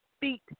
feet